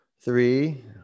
three